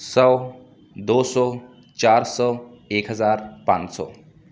سو دو سو چار سو ایک ہزار پانچ سو